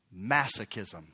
masochism